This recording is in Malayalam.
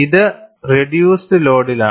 ഇത് റെഡ്യൂസ്ഡ് ലോഡിലാണ്